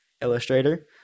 Illustrator